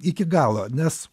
iki galo nes